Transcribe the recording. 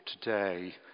today